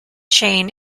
chain